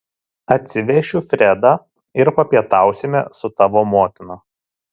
atsivešiu fredą ir papietausime su tavo motina